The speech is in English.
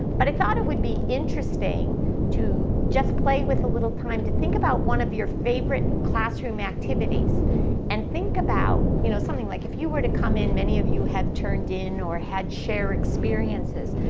but i thought it would be interesting to just play with a little time to think about one of your favorite classroom activities and think about you know something like if you were to come in, many of you had turned in or had shared experiences.